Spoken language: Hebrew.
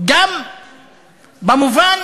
גם במובן